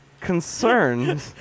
concerned